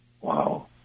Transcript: Wow